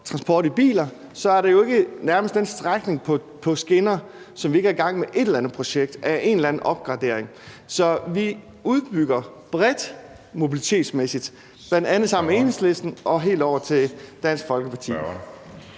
transport i biler, er der jo nærmest ikke den strækning på skinner, hvor vi ikke er gang med et eller andet projekt om en eller anden opgradering. Så vi udbygger bredt mobilitetsmæssigt, bl.a. sammen med Enhedslisten og helt over til Dansk Folkeparti.